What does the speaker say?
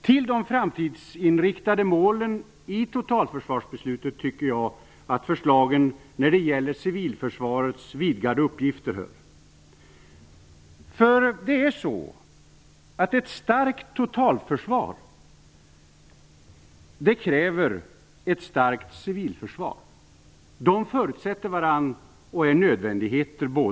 Till det framtidsinriktade målen i totalförsvarsbeslutet tycker jag att förslagen när det gäller civilförsvarets vidgade uppgifter hör. Ett starkt totalförsvar kräver ett starkt civilförsvar. De förutsätter varandra och är båda nödvändigheter.